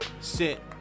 sit